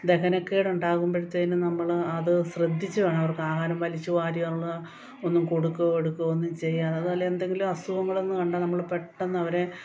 ദഹനക്കേട് ഉണ്ടാകുമ്പോഴത്തേനും നമ്മള് അത് ശ്രദ്ധിച്ച് വേണം അവർക്കാഹാരം വലിച്ചുവാരിയുള്ള ഒന്നും കൊടുക്കു എടുക്കു ഒന്നും ചെയ്യരുത് അതുപോലെ എന്തെങ്കിലും അസുഖങ്ങളൊന്നും കണ്ടാല് നമ്മള് പെട്ടെന്ന് അവരെ